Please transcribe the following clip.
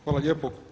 Hvala lijepo.